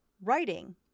writing